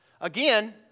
Again